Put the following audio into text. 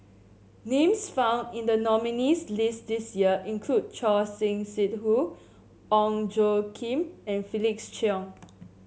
names found in the nominees' list this year include Choor Singh Sidhu Ong Tjoe Kim and Felix Cheong